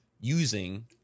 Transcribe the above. using